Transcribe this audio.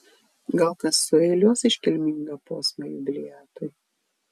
gal kas sueiliuos iškilmingą posmą jubiliatui